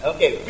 Okay